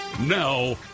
Now